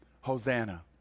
Hosanna